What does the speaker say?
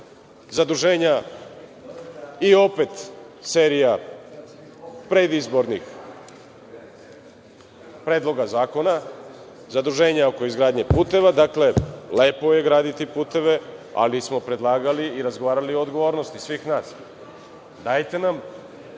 Zaduženja, i opet serija predizbornih predloga zakona, zaduženja oko izgradnje puteva. Lepo je graditi puteve, ali smo predlagali i razgovarali o odgovornosti svih nas. Dajte nam